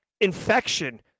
infection